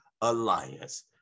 alliance